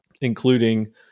including